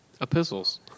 Epistles